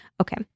Okay